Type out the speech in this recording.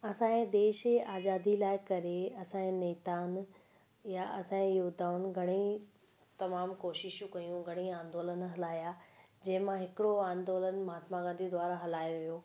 असांजे देश जी आजादी लाइ करे असांजे नेताउंनि या असांजे योद्धाउनि घणेईं तमामु कोशिशूं कयूं घणेई आंदोलनु हलाया जे मां हिकिड़ो आंदोलनु महात्मा गांधी द्वारा हलायो वियो